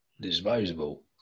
Disposable